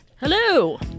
Hello